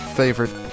favorite